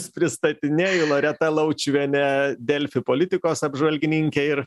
jus pristatinėju loreta laučiuvienė delfi politikos apžvalgininkė ir